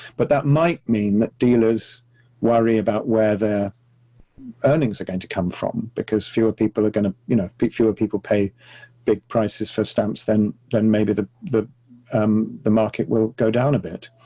but that might mean that dealers worry about where their earnings are going to come from, because fewer people are going to you know fit, fewer people pay big prices for stamps then then maybe the the um market will go down a bit.